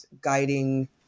guiding